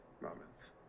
moments